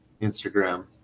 Instagram